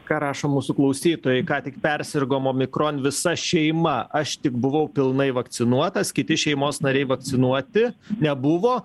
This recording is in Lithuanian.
ką rašo mūsų klausytojai ką tik persirgom omikron visa šeima aš tik buvau pilnai vakcinuotas kiti šeimos nariai vakcinuoti nebuvo